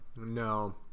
No